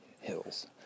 hills